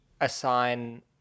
assign